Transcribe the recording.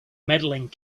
medaling